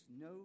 no